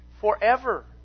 forever